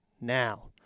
now